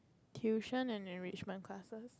tuition and